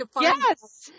Yes